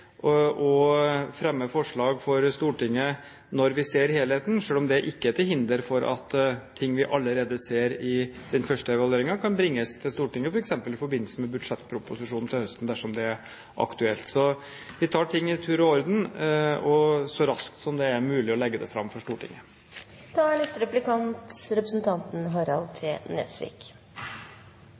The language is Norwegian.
å fremme forslag for Stortinget når vi ser helheten, selv om det ikke er til hinder for at ting vi allerede ser i den første evalueringen, kan bringes til Stortinget, f.eks. i forbindelse med budsjettproposisjonen til høsten dersom det er aktuelt. Så vi tar ting i tur og orden og vil så raskt som mulig legge det fram for Stortinget.